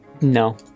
No